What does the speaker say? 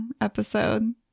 episode